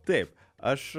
taip aš